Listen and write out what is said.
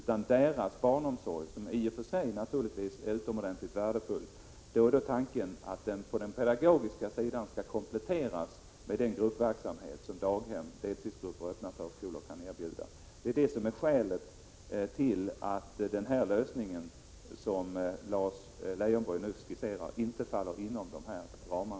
Tanken är att deras barnomsorg, som naturligtvis i och för sig är utomordentligt värdefull, på den pedagogiska sidan skall kompletteras med den gruppverksamhet som daghem, deltidsgrupper och öppna förskolor kan erbjuda. Detta är skälet till att den lösning som Lars Leijonborg nu skisserade inte faller inom dessa ramar.